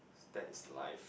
that is life